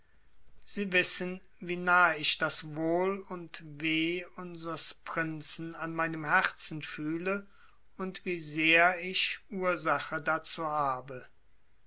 sie wissen wie nahe ich das wohl und weh unsers prinzen an meinem herzen fühle und wie sehr ich ursache dazu habe